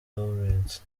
lawrence